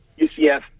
ucf